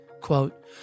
Quote